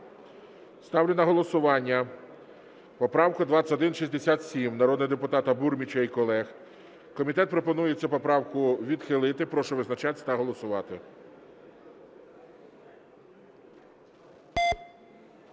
Ставлю на голосування поправку 2167 народного депутата Бурміча і колег. Комітет пропонує цю поправку відхилити. Прошу визначатись та голосувати.